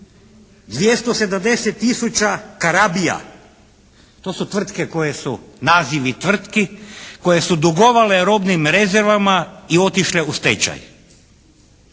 To su tvrtke koje su, nazivi tvrtki koje su dugovale robnim rezervama i otišle u stečaj.